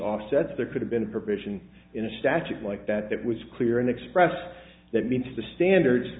offsets there could have been a provision in a static like that that was clear and expressed that meets the standard